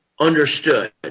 understood